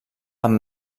amb